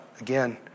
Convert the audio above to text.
again